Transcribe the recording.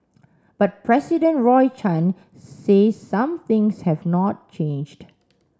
but President Roy Chan says some things have not changed